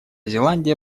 зеландия